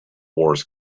wars